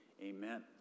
amen